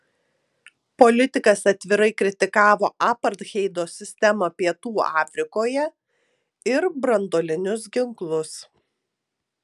politikas atvirai kritikavo apartheido sistemą pietų afrikoje ir branduolinius ginklus